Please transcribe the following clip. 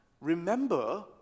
remember